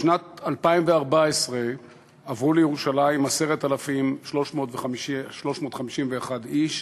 בשנת 2014 עברו לירושלים 10,351 איש,